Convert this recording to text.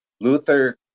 Luther